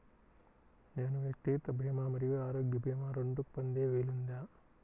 నేను వ్యక్తిగత భీమా మరియు ఆరోగ్య భీమా రెండు పొందే వీలుందా?